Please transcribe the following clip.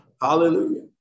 Hallelujah